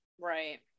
Right